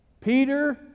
Peter